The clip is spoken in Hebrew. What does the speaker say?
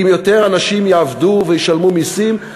כי אם יותר אנשים יעבדו וישלמו מסים,